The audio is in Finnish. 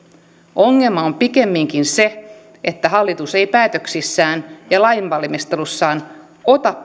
ongelma on pikemminkin se että hallitus ei päätöksissään ja lainvalmistelussaan ota